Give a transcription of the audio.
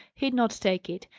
he'd not take it,